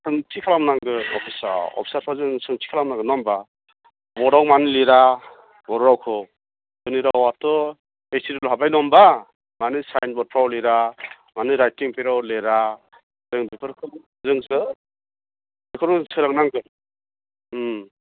सोंथि खालामनांगोन अफिसआव अफिसारफोरजों सोंथि खालामनांगोन नङा होमबा बर्डआव मानो लिरा बर' रावखौ जोंनि रावआथ' ओइथ सिदुलआव हाबबाय नङा होम्बा मानो साइन बर्डफ्राव लिरा मानो राइटिं पेडआव लिरा जों बेफोरखौ जोंसो सोदां नांगोन